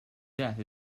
death